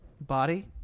body